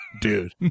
Dude